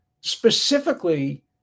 specifically